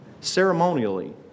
ceremonially